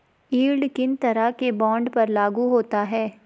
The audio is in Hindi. यील्ड किन तरह के बॉन्ड पर लागू होता है?